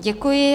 Děkuji.